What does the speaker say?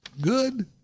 good